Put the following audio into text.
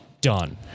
done